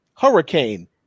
Hurricane